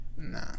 Nah